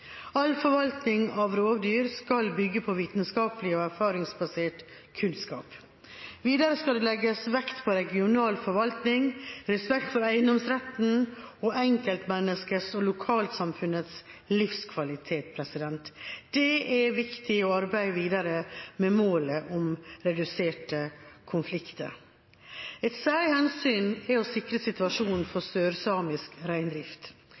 All forvaltning av rovdyr skal bygge på vitenskapelig og erfaringsbasert kunnskap. Videre skal det legges vekt på regional forvaltning, respekt for eiendomsretten og enkeltmenneskers og lokalsamfunns livskvalitet. Det er viktig å arbeide videre med målet om reduserte konflikter. Et særlig hensyn er å sikre situasjonen for sørsamisk reindrift.